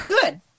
good